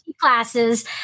classes